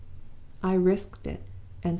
i risked it,